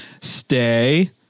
Stay